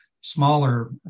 smaller